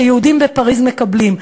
שיהודים בפריז מקבלים.